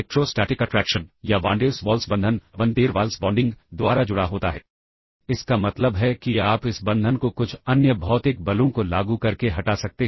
RET एक 1 byte का instruction है क्योंकि इसमें केवल OP कोड के पार्ट हैं इसलिए जब RET मिलता है तब प्रोसेसर वापस इस लोकेशन पर आना चाहता है